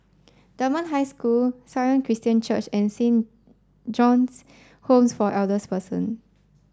Dunman High School Sion Christian Church and Saint John's Homes for Elders Person